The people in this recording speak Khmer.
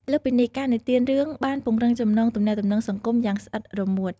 លើសពីនេះ ការនិទានរឿងបានពង្រឹងចំណងទំនាក់ទំនងសង្គមយ៉ាងស្អិតរមួត។